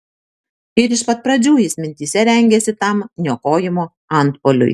ir iš pat pradžių jis mintyse rengėsi tam niokojimo antpuoliui